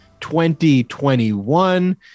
2021